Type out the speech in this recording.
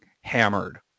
hammered